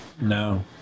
No